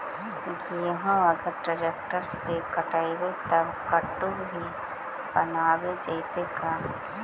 गेहूं अगर ट्रैक्टर से कटबइबै तब कटु भी बनाबे जितै का?